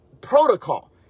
protocol